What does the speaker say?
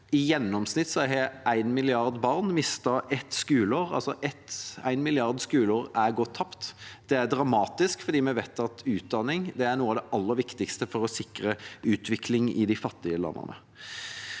i gjennomsnitt har en milliard barn mistet et skoleår – en milliard skoleår er altså gått tapt. Det er dramatisk, for vi vet at utdanning er noe av det aller viktigste for å sikre utvikling i de fattige landene.